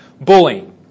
bullying